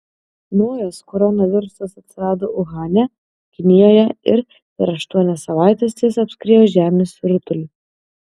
naujas koronavirusas atsirado uhane kinijoje ir per aštuonias savaites jis apskriejo žemės rutulį